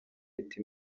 leta